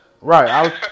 right